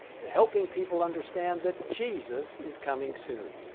to helping people understand that jesus is coming soon.